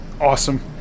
awesome